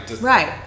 Right